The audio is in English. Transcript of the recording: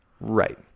Right